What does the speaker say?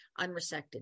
unresected